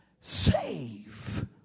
save